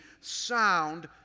sound